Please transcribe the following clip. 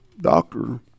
doctor